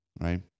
right